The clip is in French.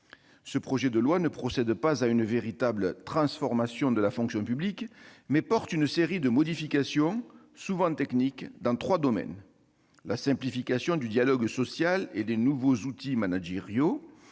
humaines. Il ne procède pas à une véritable « transformation » de la fonction publique, mais il comporte une série de modifications, souvent techniques, dans trois domaines : la simplification du dialogue social et les nouveaux outils managériaux